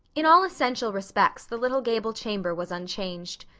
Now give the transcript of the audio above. in all essential respects the little gable chamber was unchanged.